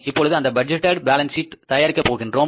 இப்பொழுது அந்த budgeted balance sheet தயாரிக்கப் போகின்றோம்